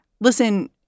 listen